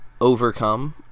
overcome